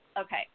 okay